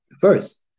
first